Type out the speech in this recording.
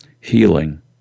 healing